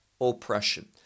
oppression